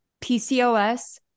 PCOS